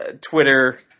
Twitter